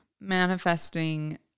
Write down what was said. manifesting